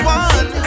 one